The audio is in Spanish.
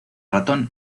ratón